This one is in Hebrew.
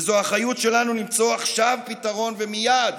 וזו אחריות שלנו למצוא פתרון עכשיו ומייד.